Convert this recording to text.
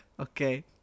Okay